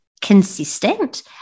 consistent